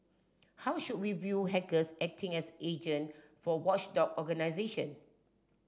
how should we view hackers acting as agent for watchdog organisation